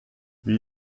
wie